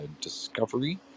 Discovery